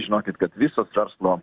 žinokit kad visos verslo